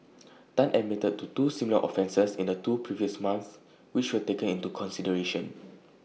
Tan admitted to two similar offences in the two previous months which were taken into consideration